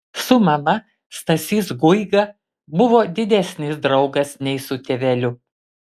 su mama stasys guiga buvo didesnis draugas nei su tėveliu